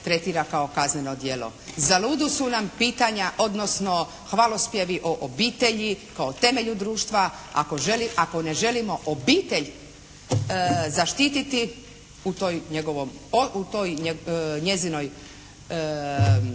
tretira kao kazneno djelo. Zaludu su nam pitanja, odnosno hvalospjevi o obitelji kao temelju društvu ako ne želimo obitelj zaštititi u toj njezinoj